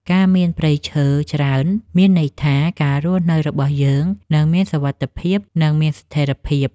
ការមានព្រៃឈើច្រើនមានន័យថាការរស់នៅរបស់យើងនឹងមានសុវត្ថិភាព និងមានស្ថិរភាព។